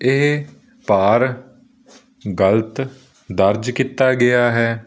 ਇਹ ਭਾਰ ਗਲਤ ਦਰਜ ਕੀਤਾ ਗਿਆ ਹੈ